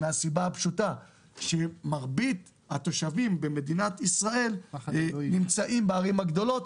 מהסיבה הפשוטה שמרבית התושבים במדינת ישראל נמצאים בערים הגדולות,